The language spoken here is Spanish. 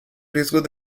riesgos